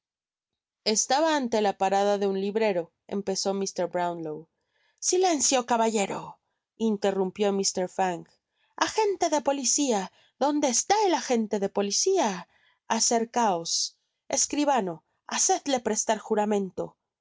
estaba ante la parada de un libreroempezó mr brownlow silencio caballero interrumpió mr fang agente de policia donde está el agente de policia acercaos escribano hacedle prestar juramento